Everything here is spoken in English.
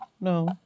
no